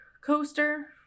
coaster